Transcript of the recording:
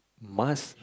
must